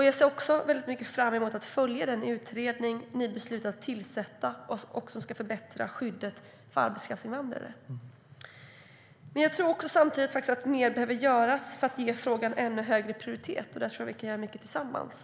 Jag ser också fram emot att följa den utredning som ni beslutat att tillsätta och som ska förbättra skyddet för arbetskraftsinvandrare. Men jag tror att mer behöver göras för att ge frågan ännu högre prioritet. Jag tror att vi kan göra mycket tillsammans.